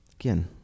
Again